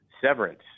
severance